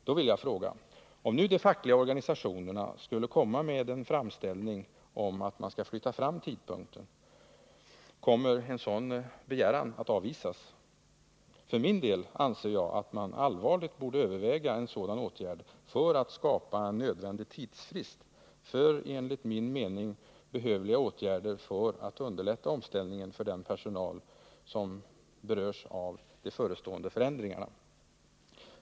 Då vill jag fråga: Om de fackliga organisationerna skulle komma med en framställning om att tidpunkten skall flyttas fram, kommer då en sådan begäran att avvisas? För min del anser jag att man allvarligt borde överväga en sådan åtgärd för att skapa nödvändig tidsfrist för enligt min mening behövliga åtgärder för att underlätta omställningen för den personal som berörs av de förestående förändringarna.